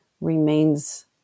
remains